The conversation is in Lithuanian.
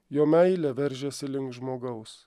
jo meilė veržiasi link žmogaus